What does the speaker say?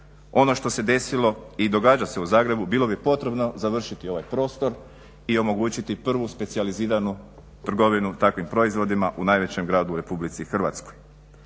Ono što se desilo i događa se u Zagrebu bilo bi potrebno završiti ovaj prostor i omogućiti prvu specijaliziranu trgovinu takvim proizvodima u najvećem gradu u RH.